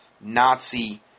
Nazi